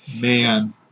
Man